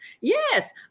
Yes